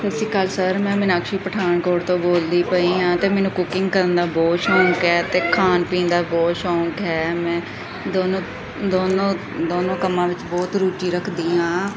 ਸਤਿ ਸ਼੍ਰੀ ਅਕਾਲ ਸਰ ਮੈਂ ਮੀਨਾਕਸ਼ੀ ਪਠਾਨਕੋਟ ਤੋਂ ਬੋਲਦੀ ਪਈ ਹਾਂ ਅਤੇ ਮੈਨੂੰ ਕੁਕਿੰਗ ਕਰਨ ਦਾ ਬਹੁਤ ਸ਼ੌਂਕ ਹੈ ਅਤੇ ਖਾਣ ਪੀਣ ਦਾ ਬਹੁਤ ਸ਼ੌਂਕ ਹੈ ਮੈਂ ਦੋਨੋਂ ਦੋਨੋਂ ਦੋਨੋਂ ਕੰਮਾਂ ਵਿੱਚ ਬਹੁਤ ਰੁਚੀ ਰੱਖਦੀ ਹਾਂ